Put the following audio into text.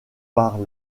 par